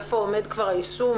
ואיפה עומד כבר היישום